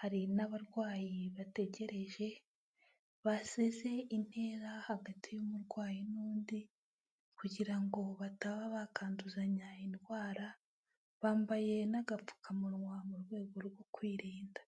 hari n'abarwayi bategereje, basize intera hagati y'umurwayi n'undi kugira ngo bataba bakanduzanya indwara, bambaye n'agapfukamunwa mu rwego rwo kwirinda.